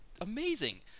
amazing